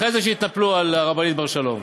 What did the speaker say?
אחרי זה שיתנפלו על הרבנית בר-שלום.